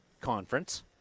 conference